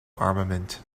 armament